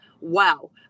wow